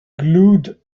glued